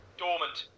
dormant